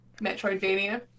Metroidvania